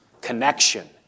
connection